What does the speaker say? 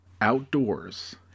outdoors